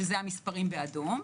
שזה המספרים באדום,